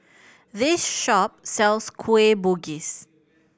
this shop sells Kueh Bugis